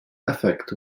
effect